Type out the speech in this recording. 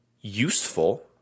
useful